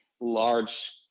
large